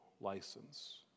license